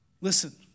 Listen